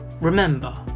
Remember